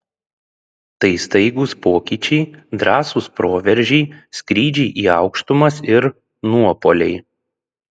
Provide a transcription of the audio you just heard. tai staigūs pokyčiai drąsūs proveržiai skrydžiai į aukštumas ir nuopuoliai